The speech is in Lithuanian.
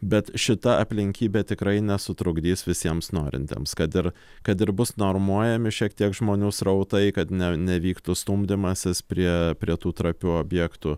bet šita aplinkybė tikrai nesutrukdys visiems norintiems kad ir kad ir bus normuojami šiek tiek žmonių srautai kad nevyktų stumdymasis prie prie tų trapių objektų